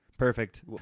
Perfect